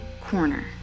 corner